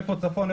איפה צפון?